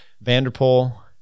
Vanderpool